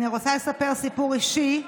אני רוצה לספר סיפור אישי,